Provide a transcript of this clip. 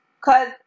Cause